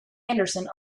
anderson